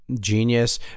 Genius